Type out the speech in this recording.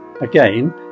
again